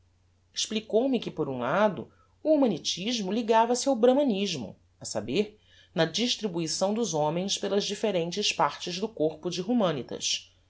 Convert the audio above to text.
systema explicou-me que por um lado o humanitismo ligava se ao brahmanismo a saber na distribuição dos homens pelas differentes partes do corpo de humanitas